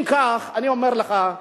אם כך, אני אומר לך,